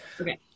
Okay